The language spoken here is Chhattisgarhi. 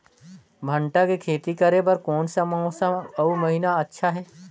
भांटा के खेती करे बार कोन सा मौसम अउ महीना अच्छा हे?